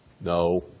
No